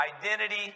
identity